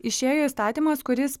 išėjo įstatymas kuris